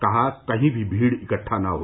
कहा कहीं भी भीड़ इकट्ठा न हो